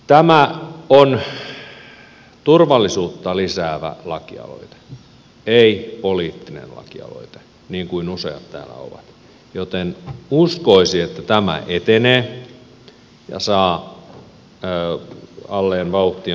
tämä on turvallisuutta lisäävä lakialoite ei poliittinen lakialoite niin kuin useat täällä ovat joten uskoisi että tämä etenee ja saa alleen vauhtia ja myötätuulta